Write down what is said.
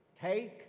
Take